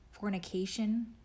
fornication